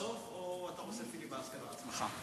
אתה בסוף או שאתה עושה פיליבסטר לעצמך?